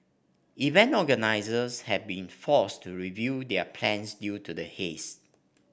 event organisers have been forced to review their plans due to the haze